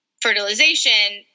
fertilization